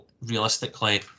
realistically